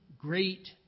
Great